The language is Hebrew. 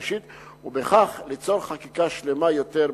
וקריאה שלישית ובכך ליצור חקיקה שלמה יותר בנושא.